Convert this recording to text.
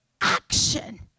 action